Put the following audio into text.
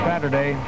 Saturday